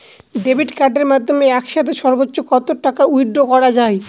Debit কার্ডের মাধ্যমে একসাথে সর্ব্বোচ্চ কত টাকা উইথড্র করা য়ায়?